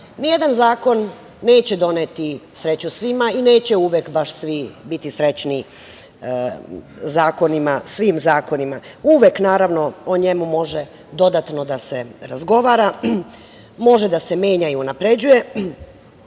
prava. Nijedan zakon neće doneti sreću svima i neće uvek baš svi biti srećni svim zakonima. Uvek, naravno, o njemu može dodatno da se razgovara, može da se menja i unapređuje,